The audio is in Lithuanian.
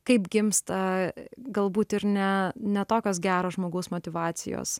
kaip gimsta galbūt ir ne ne tokios geros žmogaus motyvacijos